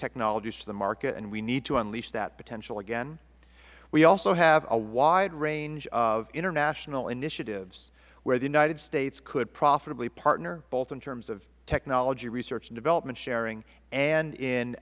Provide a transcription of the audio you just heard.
technologies to the market and we need to unleash that potential again we also have a wide range of international initiatives where the united states could profitably partner both in terms of technology research and development sharing and in